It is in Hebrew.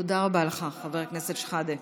תודה רבה לך, חבר הכנסת שחאדה.